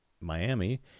Miami